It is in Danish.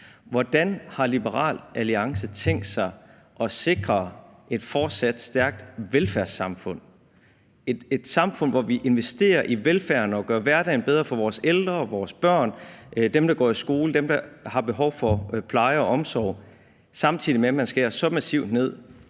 Hvordan har Liberal Alliance tænkt sig at sikre et fortsat stærkt velfærdssamfund, hvor vi investerer i velfærden og gør hverdagen bedre for vores ældre, vores børn, dem, der går i skole, og dem, der har behov for pleje og omsorg, samtidig med at man skærer så massivt ned